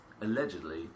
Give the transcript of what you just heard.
allegedly